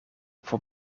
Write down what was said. voor